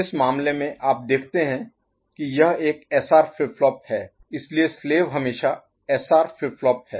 इस मामले में आप देखते हैं कि यह एक SR फ्लिप फ्लॉप है इसलिए स्लेव हमेशा SR फ्लिप फ्लॉप है